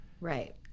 Right